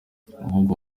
ahubwo